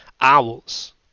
Owls